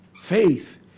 Faith